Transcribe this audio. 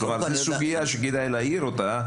כלומר זו סוגיה שכדאי להאיר אותה,